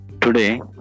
Today